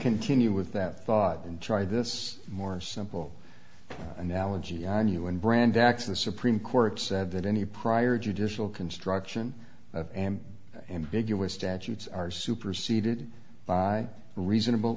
continue with that thought and try this more simple analogy on you and brand x the supreme court said that any prior judicial construction of and ambiguous statutes are superceded by reasonable